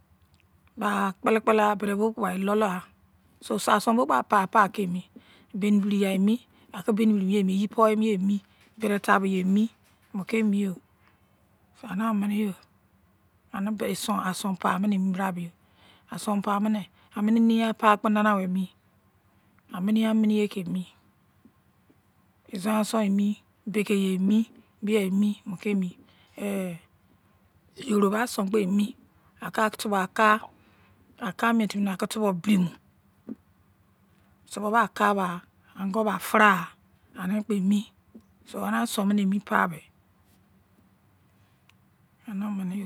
ba kpili kpili ya birebo kpo ba eloliya owasun bo kpo pa pa kai emi beni beri yai emi aki beni beri miye emi yibomiye emi yitabu ye emi ani aminiyo ani be ason mi bai emibramini yo. Ason pai mine amine nein ason pai kpe mi aminiye aminiye kei emi izon-ason emi, ebekeye-emi, beyond emi mukemi yoruba ason kpo emi ka atubo ka mietiminoba akitubo berimo tuobo aka ba agon bai aferiri ya anikpo emi so anikpo emi so ani ason mine emi pabei aniominiyo